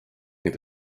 ning